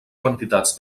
quantitats